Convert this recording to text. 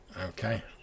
Okay